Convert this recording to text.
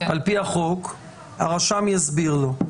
על פי החוק הרשם יסביר לו.